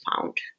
found